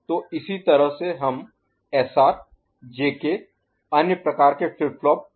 तो इसी तरह हम एसआर जेके अन्य प्रकार के फ्लिप फ्लॉप के लिए कर सकते हैं